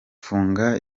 gufunga